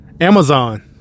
Amazon